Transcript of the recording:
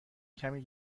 کمی